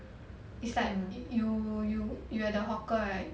it's like you you you at the hawker right